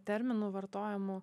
terminų vartojamų